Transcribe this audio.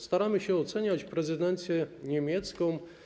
Staramy się oceniać prezydencję niemiecką.